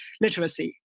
literacy